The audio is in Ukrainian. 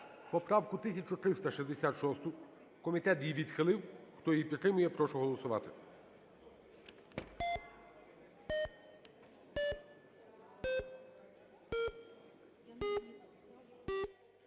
поправку 1366, комітет її відхилив. Хто її підтримує, прошу голосувати.